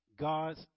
God's